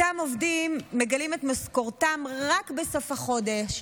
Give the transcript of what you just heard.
אותם עובדים מגלים את משכורתם רק בסוף החודש.